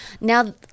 Now